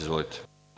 Izvolite.